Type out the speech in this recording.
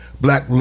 Black